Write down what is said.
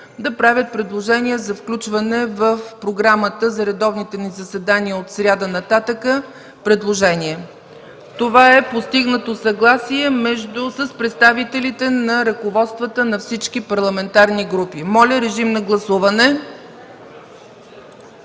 да правят предложения за включване в програмата за редовните ни заседания от сряда нататък. Съгласието е постигнато с представителите на ръководствата на всички парламентарни групи. Моля, режим на гласуване.